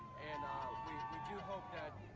and we do hope that,